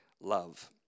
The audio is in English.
love